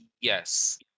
Yes